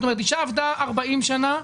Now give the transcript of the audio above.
זאת אומרת, אישה עבדה 40 שנים,